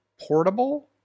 portable